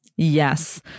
Yes